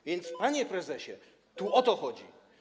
A więc, panie prezesie, tu o to chodzi.